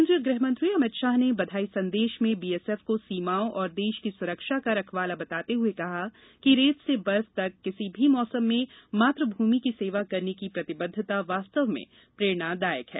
केन्द्रीय गृहमंत्री अमित शाह ने बधाई संदेश में बीएसएफ को सीमाओं और देश की सुरक्षा का रखवाला बताते हुए कहा है कि रेत से बर्फ तक किसी भी मौसम में मातभूमि की सेवा करने की प्रतिबद्धता वास्तव में प्रेरणा दायक है